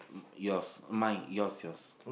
yours mine yours yours